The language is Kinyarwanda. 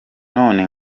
none